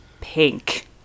pink